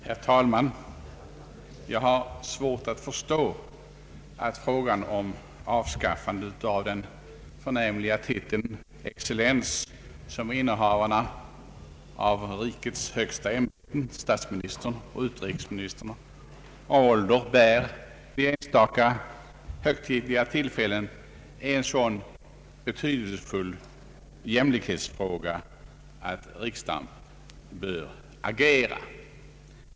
Herr talman! Jag har svårt att förstå att frågan om avskaffande av den förnämliga titeln excellens, som innehavarna av rikets högsta ämbeten, stats ministern och utrikesministern, av ålder bär vid enstaka högtidliga tillfällen, är en så betydelsefull jämlikhetsfråga att riksdagen bör agera.